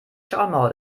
schallmauer